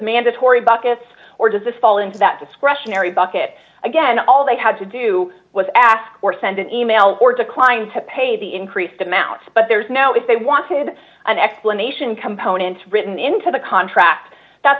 mandatory buckets or does this fall into that discretionary bucket again all they had to do was ask or send an email or decline to pay the increased amount but there's now if they wanted an explanation components written into the contract that's